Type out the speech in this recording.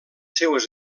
seues